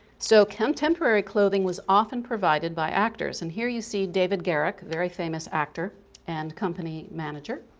so contemporary clothing was often provided by actors and here you see david garrick, very famous actor and company manager.